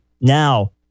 Now